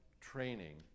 training